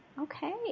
Okay